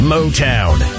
Motown